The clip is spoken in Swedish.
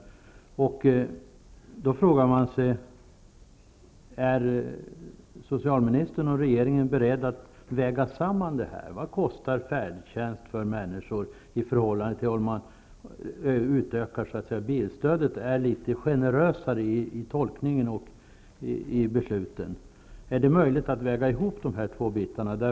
Därför vill jag ställa följande fråga: Är socialministern och regeringen beredd att väga samman följande: Vad kostar färdtjänst i förhållande till en utökning av bilstödet, dvs. om man är litet mer generös vid tolkningen av reglerna och vid besluten? Är det möjligt att väga ihop dessa delar?